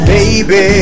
Baby